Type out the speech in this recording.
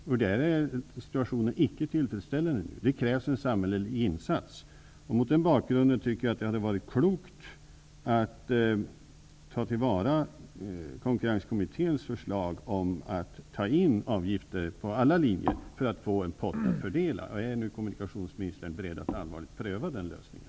Situationen för den linjen är nu icke tillfredsställande, utan det krävs en samhällelig insats. Mot den bakgrunden, tycker jag att det skulle ha varit klokt att ta till vara konkurrenskommitténs förslag att ta in avgifter för alla linjer för att få en pott att fördela. Är kommunikationsministern allvarligt bredd att pröva den lösningen?